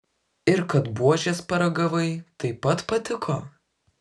ir kad buožės paragavai taip pat patiko